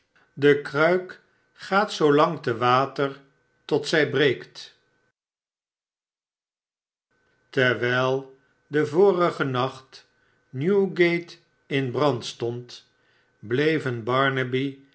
de kruik gaat zoolang te water tot zij breekt terwijl den vorigen nacht newgate in brand stond bleven